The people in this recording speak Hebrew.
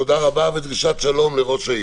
תודה רבה ודרישת שלום לראש העיר.